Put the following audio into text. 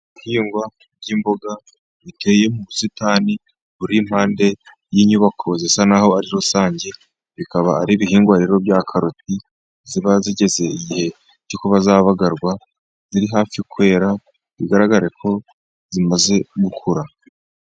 Ibihingwa by'imboga biteye mu busitani, buri iruhande rw'inyubako zisa n'aho ari rusange, bikaba ari ibihingwa bya karoti ziba zigeze igihe cyo kuba zabagarwa, ziri hafi kwera bigaragare ko zimaze gukura.